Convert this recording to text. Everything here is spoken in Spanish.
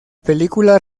película